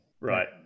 Right